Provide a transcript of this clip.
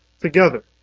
together